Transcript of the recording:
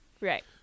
Right